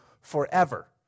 forever